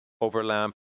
overlap